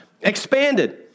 expanded